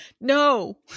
No